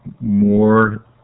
more